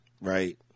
Right